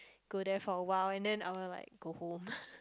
go there for a while and then I will like go home